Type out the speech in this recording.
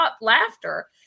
laughter